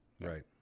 Right